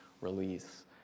release